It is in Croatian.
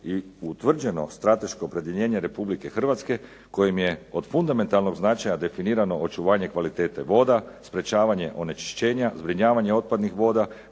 i ustvrđeno strateško opredjeljenje Republike Hrvatske kojim je od fundamentalnog značaja definirano očuvanje kvalitete voda, sprečavanje onečišćenja, zbrinjavanje otpadnih voda,